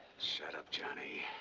shut up, johnny.